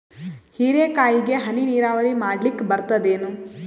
ಹೀರೆಕಾಯಿಗೆ ಹನಿ ನೀರಾವರಿ ಮಾಡ್ಲಿಕ್ ಬರ್ತದ ಏನು?